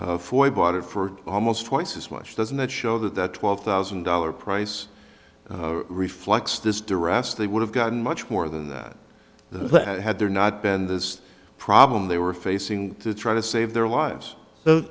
for i bought it for almost twice as much doesn't that show that the twelve thousand dollars price reflects this durant's they would have gotten much more than that the had there not been this problem they were facing to try to save their lives so